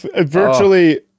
virtually